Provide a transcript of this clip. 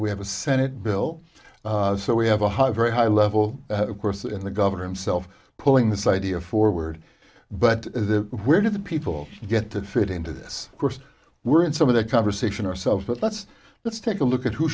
we have a senate bill so we have a high very high level of course and the governor himself pulling this idea forward but where do the people get to fit into this course we're in some of the conversation ourselves but let's let's take a look at who